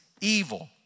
evil